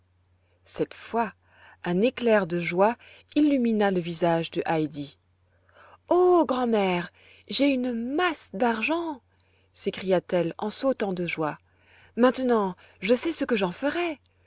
cette fois un éclair de joie illumina le visage de heidi oh grand'mère j'ai une masse d'argent s'écriait-elle en sautant de joie maintenant je sais ce que j'en ferai